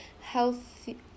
healthy